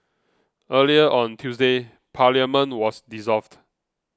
earlier on Tuesday Parliament was dissolved